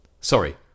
sorry